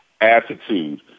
attitude